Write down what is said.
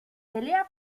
pelea